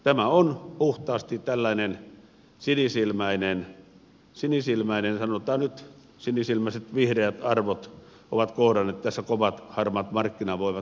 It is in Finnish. tämä on puhtaasti tällainen sinisilmäinen sanotaan nyt että sinisilmäiset vihreät arvot ovat kohdanneet tässä kovat harmaat markkinavoimat